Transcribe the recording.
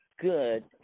good